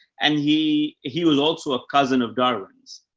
and he, he was also a cousin of darwin's.